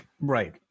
Right